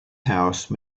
house